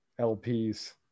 lps